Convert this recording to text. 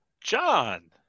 John